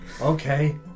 Okay